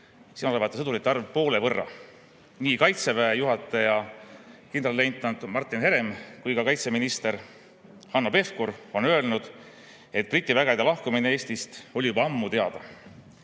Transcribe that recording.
siin olevate sõdurite arv poole võrra. Nii Kaitseväe juhataja kindralleitnant Martin Herem kui ka kaitseminister Hanno Pevkur on öelnud, et Briti vägede lahkumine Eestist oli juba ammu teada